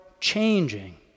changing